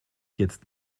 jetzt